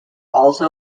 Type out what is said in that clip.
also